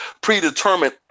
predetermined